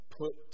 put